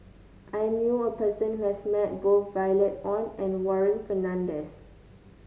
I knew a person who has met both Violet Oon and Warren Fernandez